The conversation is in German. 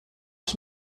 ich